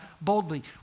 boldly